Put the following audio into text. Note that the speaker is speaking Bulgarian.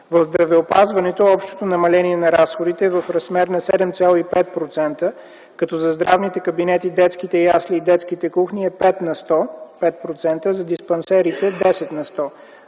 В здравеопазването общото намаление на разходите е в размер на 7,5%, като за здравните кабинети, детските ясли и детските кухни е 5%, за диспансерите – 10 %.